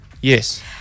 Yes